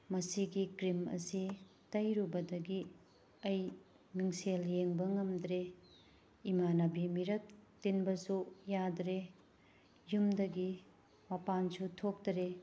ꯃꯁꯤꯒꯤ ꯀ꯭ꯔꯤꯝ ꯑꯁꯤ ꯇꯩꯔꯨꯕꯗꯒꯤ ꯑꯩ ꯃꯤꯡꯁꯦꯜ ꯌꯦꯡꯕ ꯉꯝꯗ꯭ꯔꯦ ꯏꯃꯥꯅꯕꯤ ꯃꯤꯔꯛ ꯇꯤꯟꯕꯁꯨ ꯌꯥꯗ꯭ꯔꯦ ꯌꯨꯝꯗꯒꯤ ꯃꯄꯥꯟꯁꯨ ꯊꯣꯛꯇꯔꯦ